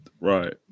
right